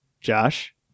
josh